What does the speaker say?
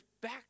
back